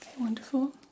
wonderful